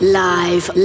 live